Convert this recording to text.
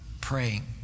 praying